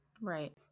Right